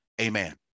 amen